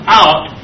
out